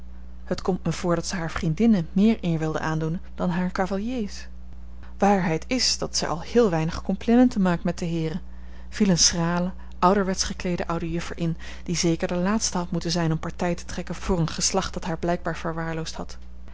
het komt mij voor dat zij hare vriendinnen meer eer wilde aandoen dan hare cavaliers waarheid is dat zij al heel weinig complimenten maakt met de heeren viel eene schrale ouderwetsch gekleede oude juffer in die zeker de laatste had moeten zijn om partij te trekken voor een geslacht dat haar blijkbaar verwaarloosd had